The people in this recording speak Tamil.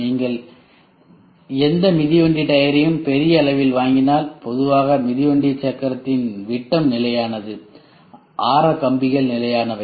நீங்கள் எந்த மிதிவண்டி டயரையும் பெரிய அளவில் வாங்கினால் பொதுவானது மிதிவண்டி சக்கரத்தின் விட்டம் நிலையானது ஆரக் கம்பிகள் நிலையானவை